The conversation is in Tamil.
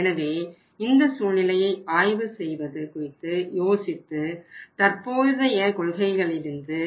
எனவே இந்த சூழ்நிலையை ஆய்வு செய்வது குறித்து யோசித்து தற்போதைய கொள்கையிலிருந்து